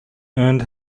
earned